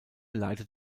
leitet